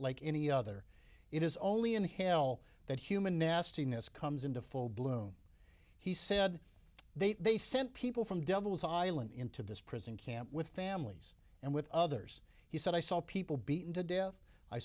like any other it is only inhale that human nastiness comes into full bloom he said they they sent people from devil's island into this prison camp with families and with others he said i saw people beaten to death i